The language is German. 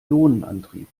ionenantrieb